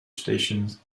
stations